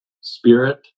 spirit